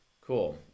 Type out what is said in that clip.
cool